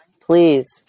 please